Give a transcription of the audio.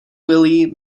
willy